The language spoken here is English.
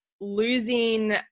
losing